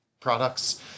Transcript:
products